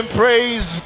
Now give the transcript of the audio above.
praise